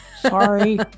Sorry